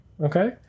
Okay